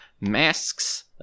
Masks